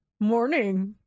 Morning